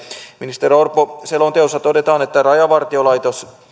ministeri orpo selonteossa todetaan että rajavartiolaitos